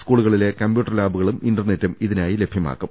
സ്കൂളുകളിലെ കമ്പ്യൂട്ടർ ലാബുകളും ഇന്റർനെ റ്റും ഇതിനായി ലഭ്യമാക്കും